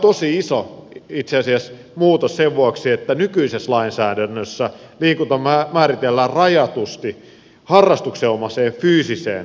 tämä on itse asiassa tosi iso muutos sen vuoksi että nykyisessä lainsäädännössä liikunta määritellään rajatusti harrastuksenomaiseen fyysiseen aktiivisuuteen